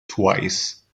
twice